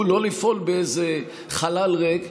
לא לפעול באיזה חלל ריק,